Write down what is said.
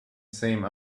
same